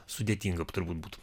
sudėtinga turbūt būtų